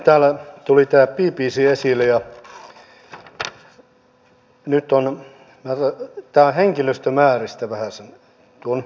täällä tuli tämä bbc esille ja nyt näistä henkilömääristä vähäsen